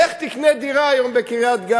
לך תקנה דירה היום בקריית-גת,